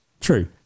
True